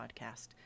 podcast